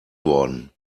worden